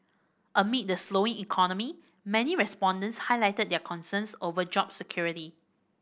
amid the slowing economy many respondents highlighted their concerns over job security